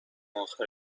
اخر